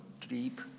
deep